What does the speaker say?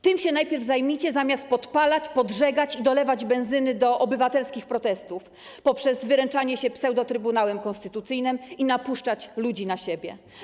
Tym się najpierw zajmijcie, zamiast podpalać, podżegać i dolewać benzyny do obywatelskich protestów, wyręczać się pseudo-Trybunałem Konstytucyjnym i napuszczać ludzi na siebie.